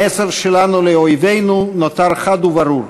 אך המסר שלנו לאויבינו נותר חד וברור: